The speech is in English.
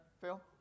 Phil